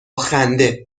خنده